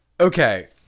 Okay